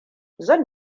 zan